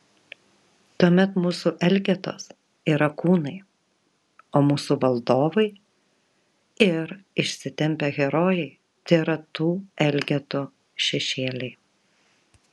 tuomet mūsų elgetos yra kūnai o mūsų valdovai ir išsitempę herojai tėra tų elgetų šešėliai